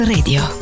Radio